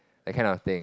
that kind of thing